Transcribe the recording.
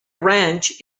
ranch